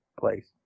place